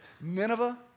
Nineveh